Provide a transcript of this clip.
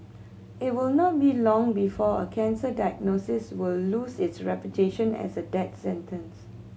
it will not be long before a cancer diagnosis will lose its reputation as a death sentence